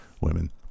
women